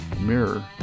Mirror